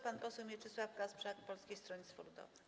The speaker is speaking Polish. Pan poseł Mieczysław Kasprzak, Polskie Stronnictwo Ludowe.